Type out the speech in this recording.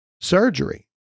surgery